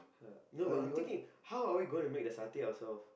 !huh! no but I'm thinking how are we going to make the satay ourselves